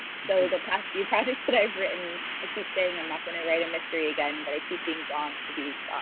so the past few projects that i've written i keep saying, i'm not gonna write a mystery again, but i keep being drawn to these